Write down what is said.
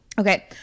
okay